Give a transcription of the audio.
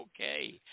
Okay